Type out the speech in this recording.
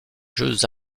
jeux